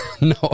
No